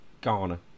Ghana